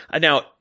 Now